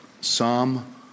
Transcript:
Psalm